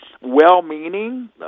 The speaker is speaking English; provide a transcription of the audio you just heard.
well-meaning